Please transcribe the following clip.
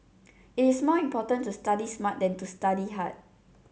it is more important to study smart than to study hard